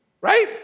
right